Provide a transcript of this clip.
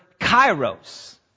kairos